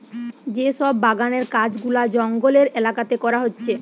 যে সব বাগানের কাজ গুলা জঙ্গলের এলাকাতে করা হচ্ছে